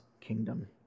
kingdom